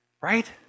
Right